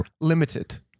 limited